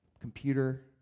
computer